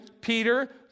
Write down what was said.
Peter